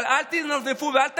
אבל אל תנופפו ואל תגידו: